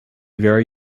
very